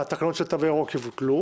התקנות של התו הירוק יבוטלו,